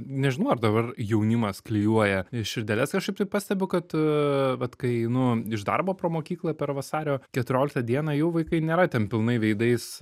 nežinau ar dabar jaunimas klijuoja širdeles kažkaip tai pastebiu kad vat kai einu iš darbo pro mokyklą per vasario keturioliktą dieną jau vaikai nėra ten pilnai veidais